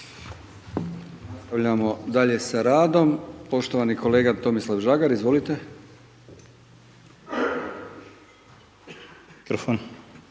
Nastavljamo dalje sa radom, poštovani kolega Tomislav Žagar, izvolite. **Žagar,